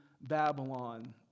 Babylon